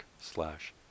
slash